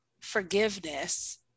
forgiveness